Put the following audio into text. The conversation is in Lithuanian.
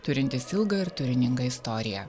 turintis ilgą ir turiningą istoriją